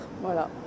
Voilà